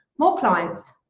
more clients,